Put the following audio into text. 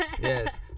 Yes